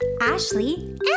Ashley